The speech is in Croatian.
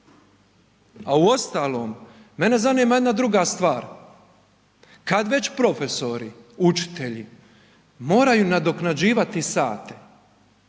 A uostalom, mene zanima jedna druga stvar, kad već profesori, učitelji moraju nadoknađivati sate,